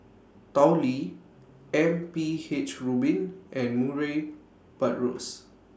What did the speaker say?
Tao Li M P H Rubin and Murray Buttrose